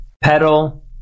pedal